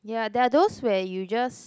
ya there are those where you just